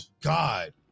God